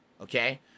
Okay